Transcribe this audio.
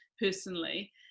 personally